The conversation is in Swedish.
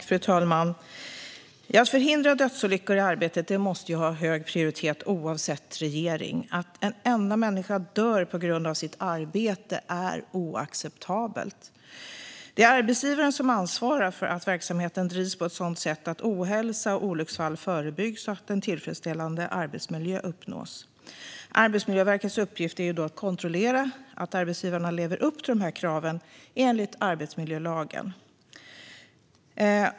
Fru talman! Att förhindra dödsolyckor i arbetet måste ha hög prioritet oavsett regering. Att en enda människa dör på grund av sitt arbete är oacceptabelt. Det är arbetsgivaren som ansvarar för att verksamheten drivs på ett sådant sätt att ohälsa och olycksfall förebyggs och att en tillfredsställande arbetsmiljö uppnås. Arbetsmiljöverkets uppgift är att kontrollera att arbetsgivaren lever upp till kraven enligt arbetsmiljölagen.